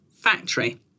factory